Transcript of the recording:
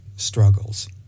Struggles